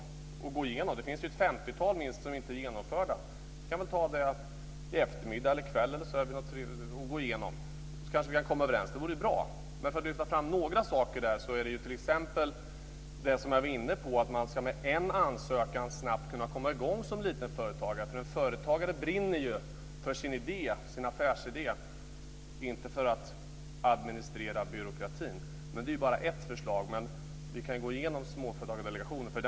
Det finns minst ett femtiotal som inte är genomförda. Vi kan väl ta det i eftermiddag eller i kväll. Sedan kanske vi kan komma överens. Det vore bra. Jag vill lyfta fram några saker. Jag var förut inne på att man efter en ansökan snabbt ska kunna komma i gång som liten företagare. En företagare brinner för sin affärsidé, inte för att administrera byråkratin. Det är bara ett förslag. Vi kan gå igenom Småföretagsdelegationens förslag.